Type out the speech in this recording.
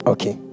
Okay